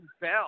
Bell